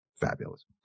fabulous